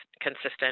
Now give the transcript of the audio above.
consistent